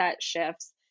shifts